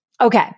Okay